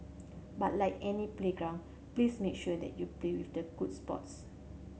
but like any playground please make sure that you play with the good sports